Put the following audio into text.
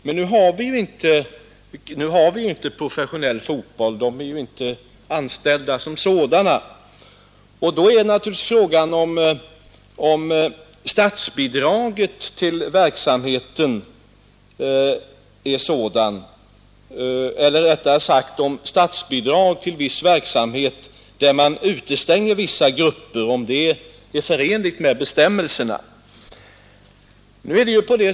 Men nu har vi inte professionell fotboll — spelarna är inte anställda som sådana. Då är frågan om det är förenligt med bestämmelserna att ge statsbidrag till verksamhet, där man utestänger vissa grupper.